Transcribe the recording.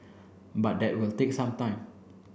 but that will take some time